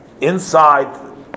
inside